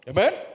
Amen